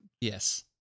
Yes